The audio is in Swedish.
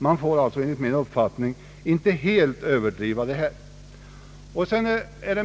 Man bör alltså enligt min uppfattning inte helt överdriva detta.